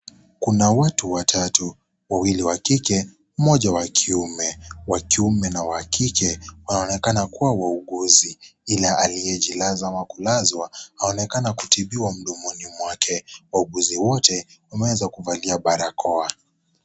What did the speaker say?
Kuna watu watatu, wawili wa kike, mmoja wa kiume. Wa kiume na wa kike wanaonekana kuwa wauguzi, ila aliyejilaza ama kulazwa, anaonekana kutibiwa mdomoni mwake. Wauguzi wote wameweza kuvalia barakoa.